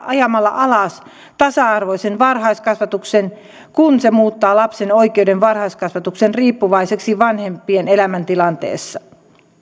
ajamalla alas tasa arvoisen varhaiskasvatuksen kun se muuttaa lapsen oikeuden varhaiskasvatukseen riippuvaiseksi vanhempien elämäntilanteesta